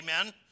Amen